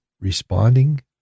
responding